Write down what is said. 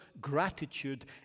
gratitude